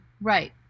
right